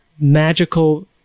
magical